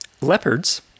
leopards